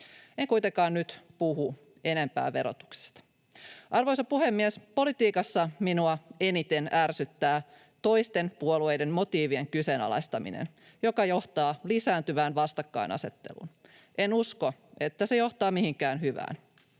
En kuitenkaan nyt puhu enempää verotuksesta. Arvoisa puhemies! Politiikassa minua eniten ärsyttää toisten puolueiden motiivien kyseenalaistaminen, joka johtaa lisääntyvään vastakkainasetteluun. En usko, että se johtaa mihinkään hyvään.